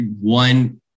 one